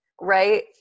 right